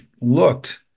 looked